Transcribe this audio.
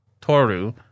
Toru